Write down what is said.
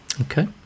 Okay